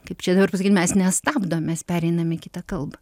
kaip čia dabar pasakyt mes nestabdom mes pereinam į kitą kalbą